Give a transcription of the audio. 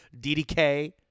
DDK